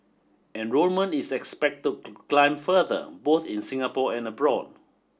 enrolment is expected to climb further both in Singapore and abroad